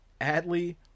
Adley